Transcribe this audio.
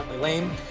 lame